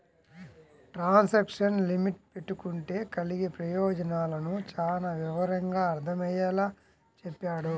transaction limit పెట్టుకుంటే కలిగే ప్రయోజనాలను చానా వివరంగా అర్థమయ్యేలా చెప్పాడు